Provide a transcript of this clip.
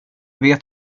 vet